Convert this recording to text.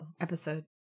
episode